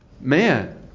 Man